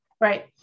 right